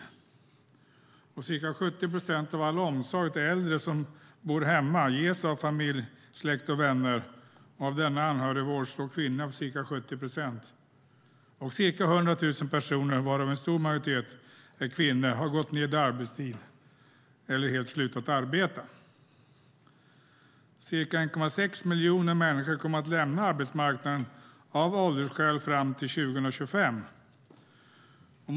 Ca 70 procent av all omsorg av äldre som bor hemma ges av familj, släkt och vänner. Av denna anhörigvård står kvinnorna för ca 70 procent. Ca 100 000 personer, varav en stor majoritet är kvinnor, har gått ned i arbetstid eller helt slutat arbeta. Ca 1,6 miljoner människor kommer att lämna arbetsmarknaden av åldersskäl fram till 2025.